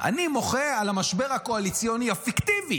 אני מוחה על המשבר הקואליציוני הפיקטיבי